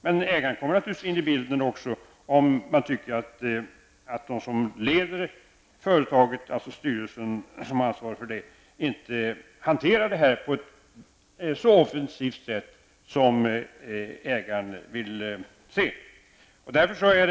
Men ägaren kommer naturligtvis också in i bilden om man tycker att styrelsen och företagsledningen inte sköter företaget så offensivt som ägaren vill att det skall ske.